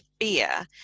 fear